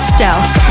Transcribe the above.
Stealth